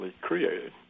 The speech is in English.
created